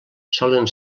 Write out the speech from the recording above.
solen